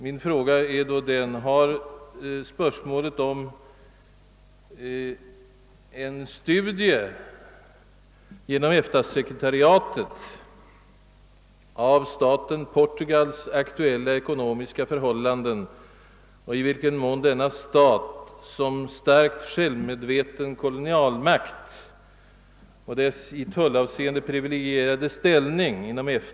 Min fråga lyder sålunda: Har en studie av staten Portugals aktuella ekonomiska förhållanden tagits upp inom EFTA-sekretariatet? Denna stat är en starkt självmedveten kolonialmakt med en i tullavseende privilegierad ställning inom EFTA.